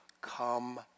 Come